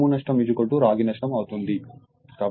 కాబట్టి ఇది 0